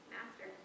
Master